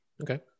Okay